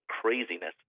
craziness